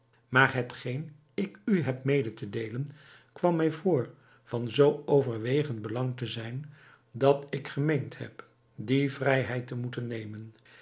maar hetgeen ik u heb mede te deelen kwam mij voor van zoo overwegend belang te zijn dat ik gemeend heb die vrijheid te moeten nemen